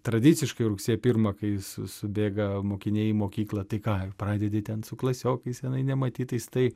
tradiciškai rugsėjo pirma kai su subėga mokiniai į mokyklą tai ką pradedi ten su klasiokais senai nematytais tai